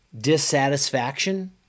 dissatisfaction